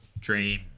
dream